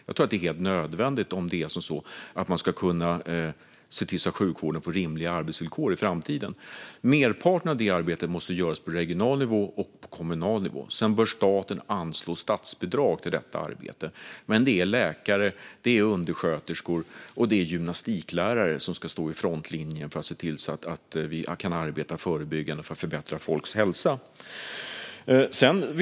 Jag tror att det är helt nödvändigt för att sjukvården ska få rimliga arbetsvillkor i framtiden. Merparten av detta arbete måste göras på regional och kommunal nivå. Staten bör anslå statsbidrag till detta arbete, men det är läkare, undersköterskor och gymnastiklärare som ska stå i frontlinjen och arbeta förebyggande för att förbättra folks hälsa.